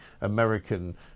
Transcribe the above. American